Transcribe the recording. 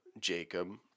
Jacob